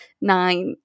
nine